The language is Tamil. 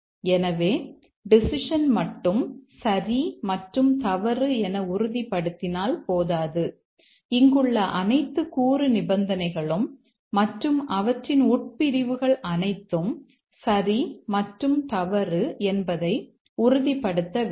எனவே டெசிஷன் மட்டும் சரி மற்றும் தவறு என உறுதிப்படுத்தினால் போதாது இங்குள்ள அனைத்து கூறு நிபந்தனைகளும் மற்றும் அவற்றின் உட்பிரிவுகள் அனைத்தும் சரி மற்றும் தவறு என்பதை உறுதிப்படுத்த வேண்டும்